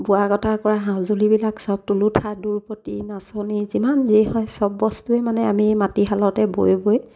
বোৱা কটা কৰা সাজুলিবিলাক সব তুলুঠা দুৰপতি নাচনি যিমান যি হয় সব বস্তুৱে মানে আমি মাটিশালতে বৈ বৈ